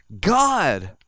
God